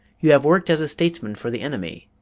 you have worked as a statesman for the enemy,